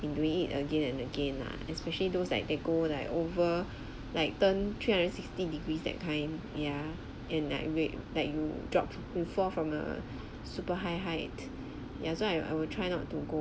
in doing it again and again lah especially those like they go like over like turn three hundred sixty degrees that kind ya and like weight that you dropped fall from a super high height ya so I will try not to go